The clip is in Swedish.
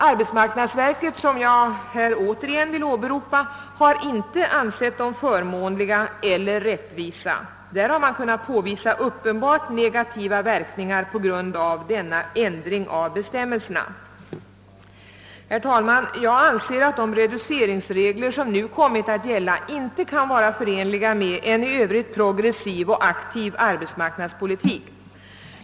Arbetsmarknadsverket, som jag här återigen vill åberopa, har inte ansett dem förmånliga eller rättvisa. Verket har kunnat påvisa uppenbart negativa verkningar på grund av den ändring av bestämmelserna som gjordes 1964. Herr talman! Jag anser att de reduceringsregler som nu kommit att gälla inte kan vara förenliga med en i övrigt progressiv och aktiv arbetsmarknadspolitik.